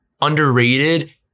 underrated